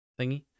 thingy